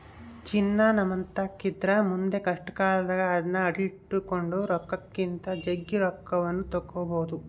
ಚಿನ್ನ ನಮ್ಮತಾಕಿದ್ರ ಮುಂದೆ ಕಷ್ಟಕಾಲದಾಗ ಅದ್ನ ಅಡಿಟ್ಟು ಕೊಂಡ ರೊಕ್ಕಕ್ಕಿಂತ ಜಗ್ಗಿ ರೊಕ್ಕವನ್ನು ತಗಬೊದು